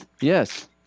Yes